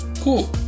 Cool